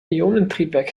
ionentriebwerk